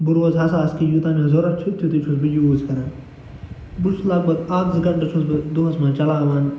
بہٕ روزٕ حساس کہِ یوٗتاہ مےٚ ضوٚرتھ چھُ تِتُے چھُس بہٕ یوٗز کران بہٕ چھُس لگ بگ اکھ زٕ گنٹہٕ چھُس بہٕ دۄہس منٛز چلاوان